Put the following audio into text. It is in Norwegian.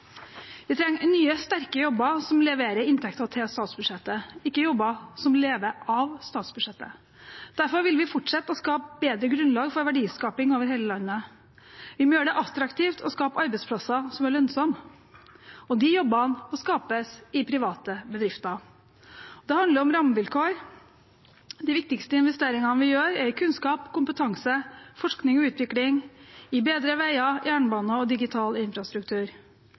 Vi trenger nye, sterke jobber som leverer inntekter til statsbudsjettet, ikke jobber som lever av statsbudsjettet. Derfor vil vi fortsette å skape bedre grunnlag for verdiskaping over hele landet. Vi må gjøre det attraktivt å skape arbeidsplasser som er lønnsomme, og de jobbene må skapes i private bedrifter. Det handler om rammevilkår. De viktigste investeringene vi gjør, er i kunnskap, kompetanse, forskning og utvikling, i bedre veier, jernbane og digital infrastruktur